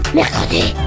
Mercredi